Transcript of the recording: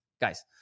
guys